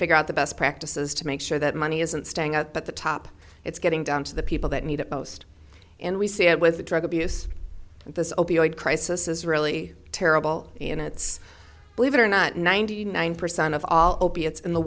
figure out the best practices to make sure that money isn't staying up at the top it's getting down to the people that need it most and we see it with the drug abuse this opioid crisis is really terrible and it's believe it or not ninety nine percent of all opiates in the